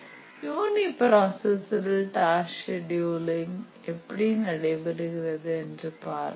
யூனி ப்ராசசரில் task scheduling எப்படி நடைபெறுகிறது என்று பார்ப்போம்